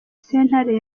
sentare